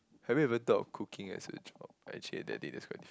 have you ever thought of cooking as a job I actually that day